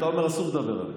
אתה אומר שאסור לדבר עליו?